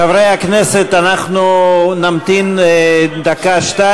חברי הכנסת, אנחנו נמתין דקה-שתיים.